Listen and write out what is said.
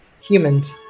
humans